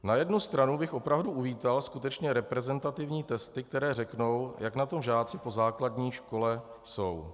Na jednu stranu bych opravdu uvítal skutečně reprezentativní testy, které řeknou, jak na tom žáci po základní škole jsou.